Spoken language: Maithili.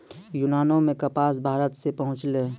यूनानो मे कपास भारते से पहुँचलै